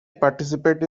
participate